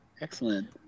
Excellent